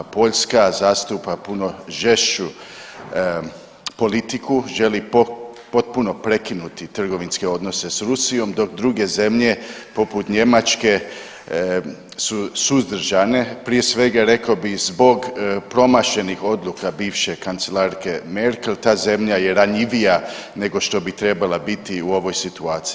Poljska zastupa puno žešću politiku, želi potpuno prekinuti trgovinske odnose s Rusijom, dok druge zemlje poput Njemačke su suzdržane, prije svega rekao bih zbog promašenih odluka bivše kancelarke Merkel, ta zemlja je ranjivija nego što bi trebala biti u ovoj situaciji.